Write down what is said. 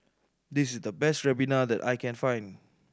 this is the best ribena that I can find